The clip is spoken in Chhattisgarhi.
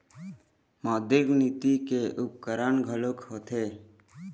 मौद्रिक नीति के उपकरन घलोक होथे